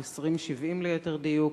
או 20.70 ליתר דיוק,